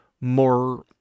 more